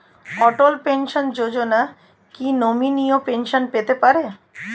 অটল pension Yojana কি নমনীয় pension পেতে পারে?